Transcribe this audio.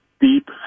deep